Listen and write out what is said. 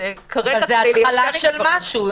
אבל זו התחלה של משהו.